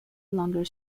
longer